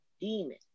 demon